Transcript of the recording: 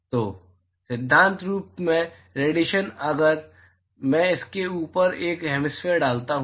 तो सिद्धांत रूप में रेडिएशन अगर मैं इसके ऊपर एक हैमिस्फेयर डालता हूं